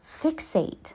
fixate